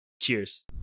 Cheers